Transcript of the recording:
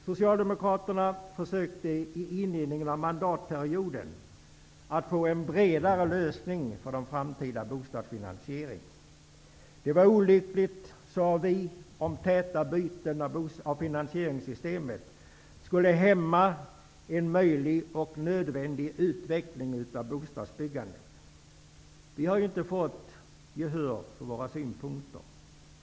Socialdemokraterna försökte i inledningen av mandatperioden att få en bredare lösning för den framtida bostadsfinansieringen. Vi sade att det vore olyckligt om täta byten av finansieringssystem hämmade en möjlig och nödvändig utveckling av bostadsbyggandet. Vi har inte fått gehör för våra synpunkter.